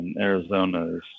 Arizona